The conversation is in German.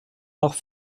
nach